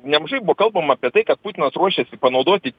nemažai buvo kalbama apie tai kad putinas ruošėsi panaudoti